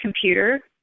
computer